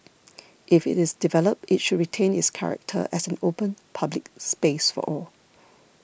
if it is developed it should retain its character as an open public space for all